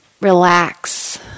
relax